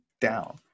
down